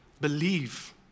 believe